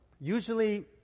Usually